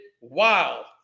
Wow